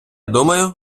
думаю